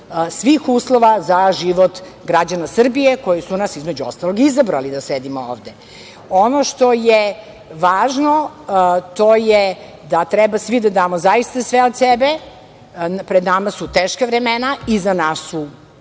svih uslova za život građana Srbije, koji su nas, između ostalog, i izabrali da sedimo ovde. Ono što je važno, to je da treba svi da damo zaista sve od sebe. Pred nama su teška vremena, a iza nas su,